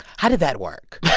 how did that work?